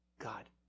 God